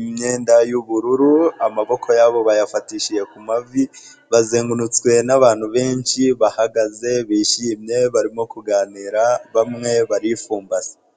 imyenda y'ubururu, amaboko yabo bayafatishije ku mavi, bazengurutswe n'abantu benshi bahagaze, bishimye, barimo kuganira, bamwe baripfumbase.